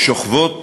ששוכבות